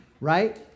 Right